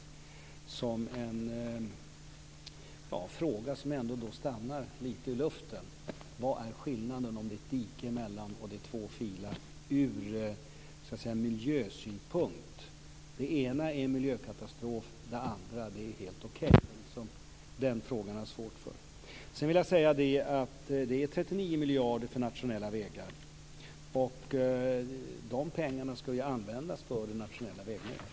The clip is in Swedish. Det är en fråga som stannar lite i luften. Vad är skillnaden ur miljösynpunkt mellan en väg med ett dike emellan och två filer på vardera sidan och en väg med tre filer? Det ena är en miljökatastrof medan det andra är helt okej. Det har jag svårt för. Det är 39 miljarder som satsas på nationella vägar. De pengarna ska användas för det nationella vägnätet.